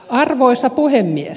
arvoisa puhemies